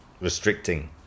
restricting